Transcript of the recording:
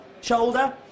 shoulder